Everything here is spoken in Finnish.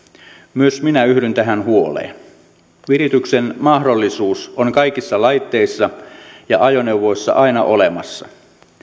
myös minä yhdyn tähän huoleen virityksen mahdollisuus on kaikissa laitteissa ja ajoneuvoissa aina olemassa